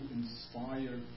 inspire